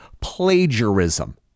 plagiarism